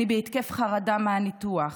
אני בהתקף חרדה מהניתוח,